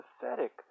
pathetic